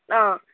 हां